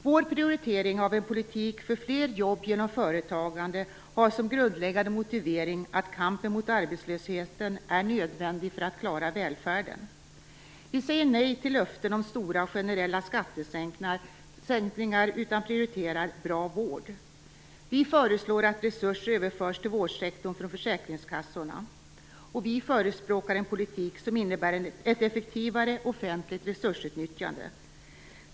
Vår prioritering av en politik för fler jobb genom företagande har som grundläggande motivering att kampen mot arbetslösheten är nödvändig för att man skall klara välfärden. Vi säger nej till löften om stora, generella skattesänkningar, utan prioriterar bra vård. Vi föreslår att resurser överförs till vårdsektorn från försäkringskassorna. Vi förespråkar en politik som innebär ett effektivare offentligt resursutnyttjande.